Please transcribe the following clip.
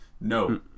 no